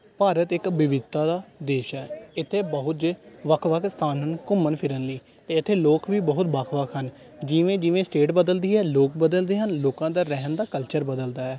ਭਾਰਤ ਇੱਕ ਵਿਵਿੱਤਾ ਦਾ ਦੇਸ਼ ਹੈ ਇੱਥੇ ਬਹੁਤ ਜੇ ਵੱਖ ਵੱਖ ਸਥਾਨ ਹਨ ਘੁੰਮਣ ਫਿਰਨ ਲਈ ਅਤੇ ਇੱਥੇ ਲੋਕ ਵੀ ਬਹੁਤ ਵੱਖ ਵੱਖ ਹਨ ਜਿਵੇਂ ਜਿਵੇਂ ਸਟੇਟ ਬਦਲਦੀ ਹੈ ਲੋਕ ਬਦਲਦੇ ਹਨ ਲੋਕਾਂ ਦਾ ਰਹਿਣ ਦਾ ਕਲਚਰ ਬਦਲਦਾ ਹੈ